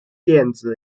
电子